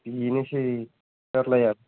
बेनोसै जारलाया